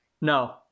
No